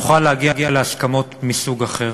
נוכל להגיע להסכמות מסוג אחר.